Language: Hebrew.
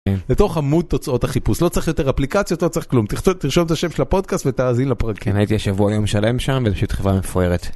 לתוך עמוד תוצאות החיפוש לא צריך יותר אפליקציות לא צריך כלום תכתוב תרשום את השם של הפודקאסט ותאזין לפרקים הייתי שבוע יום שלם שם זה פשוט חברה מפוארת.